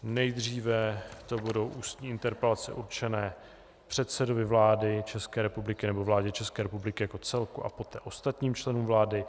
Nejdříve to budou ústní interpelace určené předsedovi vlády České republiky nebo vládě České republiky jako celku a poté ostatním členům vlády.